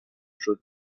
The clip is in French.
jaune